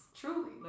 truly